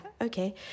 Okay